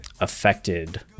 affected